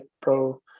pro